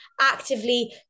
actively